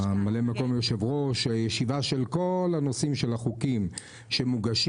ישיבה של כל הנושאים של החוקים שמוגשים.